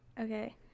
okay